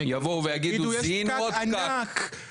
הם יבוא ויגידו יש פקק ענק,